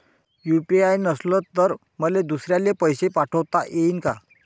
UPI नसल तर मले दुसऱ्याले पैसे पाठोता येईन का?